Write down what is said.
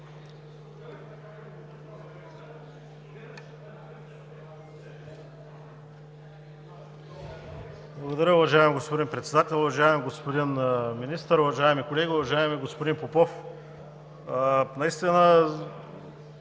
Благодаря, уважаеми господин Председател. Уважаеми господин Министър, уважаеми колеги! Уважаеми господин Попов, разбирам